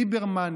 ליברמן,